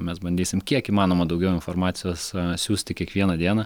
mes bandysim kiek įmanoma daugiau informacijos siųsti kiekvieną dieną